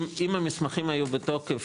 אם המסמכים היו בתוקף,